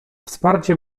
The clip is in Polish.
wsparcie